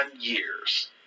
years